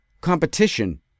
competition